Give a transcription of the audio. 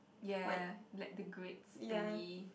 ya like the grates thingy